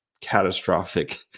catastrophic